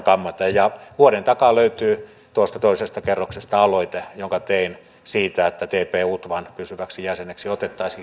ja vuoden takaa löytyy toisesta kerroksesta aloite jonka tein siitä että tp utvan pysyväksi jäseneksi otettaisiin sisäministeri